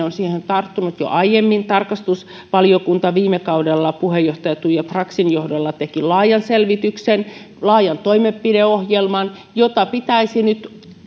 on siihen tarttunut jo aiemmin tarkastusvaliokunta viime kaudella puheenjohtaja tuija braxin johdolla teki laajan selvityksen laajan toimenpideohjelman jota pitäisi nyt